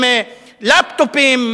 עם לפטופים,